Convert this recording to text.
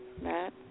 Matt